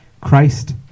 Christ